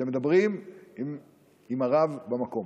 כשמדברים עם הרב במקום.